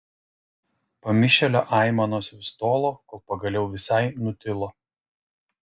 pamišėlio aimanos vis tolo kol pagaliau visai nutilo